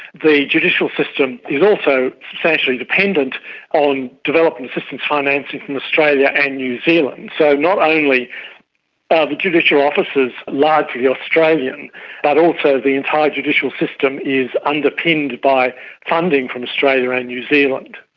the judicial system is also substantially dependent on development assistance ah financing from australia and new zealand. so not only are the judicial officers largely australian but also the entire judicial system is underpinned by funding from australia and new zealand.